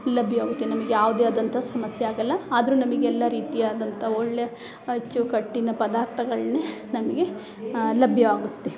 ಲಭ್ಯ ಆಗುತ್ತೆ ನಮ್ಗೆ ಯಾವುದೇ ಆದಂಥ ಸಮಸ್ಯೆ ಆಗೋಲ್ಲ ಆದರೂ ನಮಗೆಲ್ಲ ರೀತಿಯಾದಂಥ ಒಳ್ಳೆ ಅಚ್ಚುಕಟ್ಟಿನ ಪದಾರ್ಥಗಳ್ನೆ ನಮಗೆ ಲಭ್ಯವಾಗುತ್ತೆ